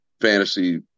fantasy